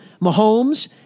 Mahomes